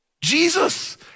Jesus